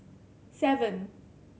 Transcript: seven